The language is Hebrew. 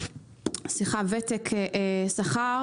שכר